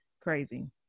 crazy